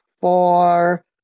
four